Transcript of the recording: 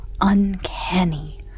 uncanny